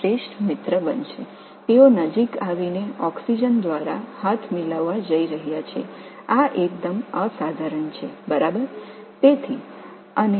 அவர்கள் அருகில் வந்து ஆக்ஸிஜன் மூலம் கைகுலுக்கப் போகிறார்கள் இது மிகவும் தனித்துவமான ஓன்று